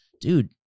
dude